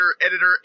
editor